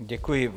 Děkuji.